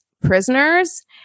prisoners